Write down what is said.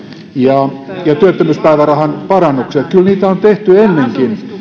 ja työttömyyspäivärahan parannukseen kyllä niitä on tehty ennenkin